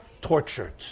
tortured